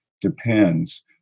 depends